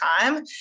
time